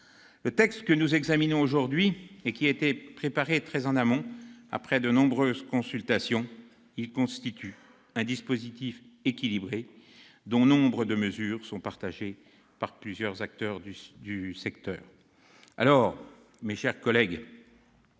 Le texte que nous examinons aujourd'hui a été préparé très en amont, après de nombreuses consultations. Il constitue un dispositif équilibré, dont nombre de mesures sont partagées par plusieurs acteurs du secteur. Mes chers collègues,